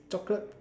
chocolate